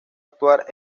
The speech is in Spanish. actuar